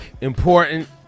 important